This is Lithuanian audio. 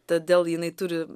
todėl jinai turi